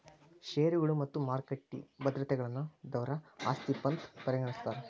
ಷೇರುಗಳು ಮತ್ತ ಮಾರುಕಟ್ಟಿ ಭದ್ರತೆಗಳನ್ನ ದ್ರವ ಆಸ್ತಿ ಅಂತ್ ಪರಿಗಣಿಸ್ತಾರ್